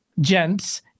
gents